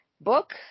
book